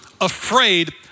afraid